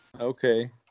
Okay